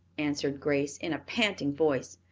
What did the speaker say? answered grace, in a panting voice.